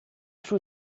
suo